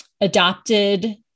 adopted